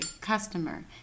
customer